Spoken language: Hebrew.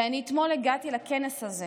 ואני הגעתי אתמול לכנס הזה